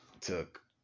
took